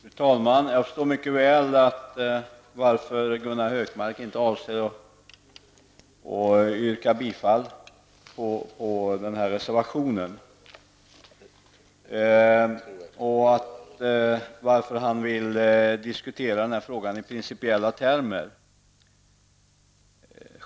Fru talman! Jag förstår mycket väl varför Gunnar Hökmark inte avser att yrka bifall till reservationen och varför han vill diskutera denna fråga i principiella termer.